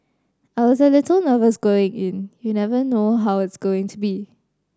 I was a little nervous going in you never know how it's going to be